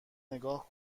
نگاه